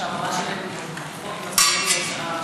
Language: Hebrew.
שחוזרים לארץ,